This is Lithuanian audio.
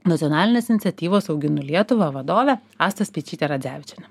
nacionalinės iniciatyvos auginu lietuvą vadove asta speičyte radzevičiene